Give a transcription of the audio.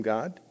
God